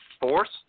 forced